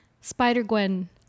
Spider-Gwen